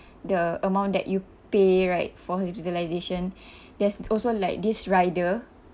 the amount that you pay right for utilization there's also like this rider